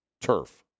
turf